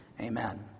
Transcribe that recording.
Amen